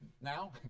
Now